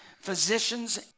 physicians